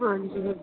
ਹਾਂਜੀ ਹਾਂਜੀ